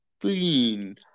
clean